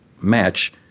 match